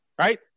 right